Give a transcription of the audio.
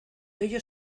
ellos